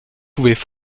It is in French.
pouvaient